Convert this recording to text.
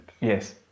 Yes